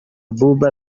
abouba